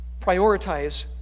Prioritize